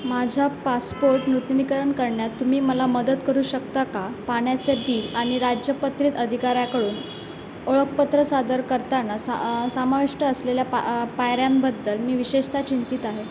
माझ्या पासपोर्ट नूतनीकरण करण्यात तुम्ही मला मदत करू शकता का पाण्याचे बिल आणि राजपत्रित अधिकाऱ्याकडून ओळखपत्र सादर करताना सा समाविष्ट असलेल्या पा पायऱ्यांबद्दल मी विशेषतः चिंतित आहे